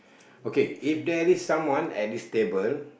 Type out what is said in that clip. okay if there is someone at this table